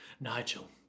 Nigel